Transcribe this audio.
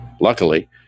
luckily